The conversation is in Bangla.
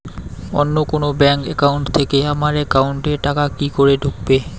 অন্য কোনো ব্যাংক একাউন্ট থেকে আমার একাউন্ট এ টাকা কি করে ঢুকবে?